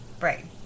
right